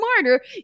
smarter